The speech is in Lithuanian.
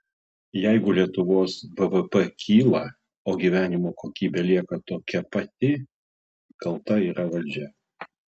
jeigu lietuvos bvp kyla o gyvenimo kokybė lieka tokia pati kalta yra valdžia